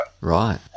Right